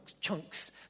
chunks